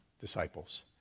disciples